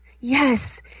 Yes